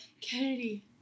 Kennedy